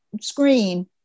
screen